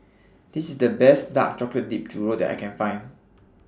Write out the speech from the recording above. This IS The Best Dark Chocolate Dipped Churro that I Can Find